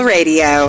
Radio